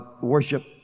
worship